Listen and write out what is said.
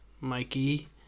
Mikey